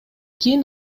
кийин